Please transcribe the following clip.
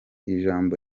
ijambo